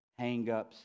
hangups